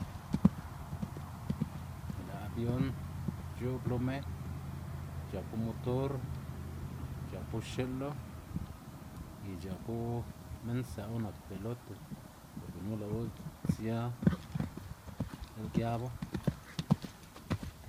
Lë' abion x̱o'b lo me c̲h̲apu motor, c̲h̲apu xi'lu y c̲h̲apu minn stsë'wu nak piloto por gunu lë'wu sia di'l giabu.